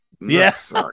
Yes